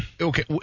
okay